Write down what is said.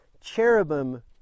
cherubim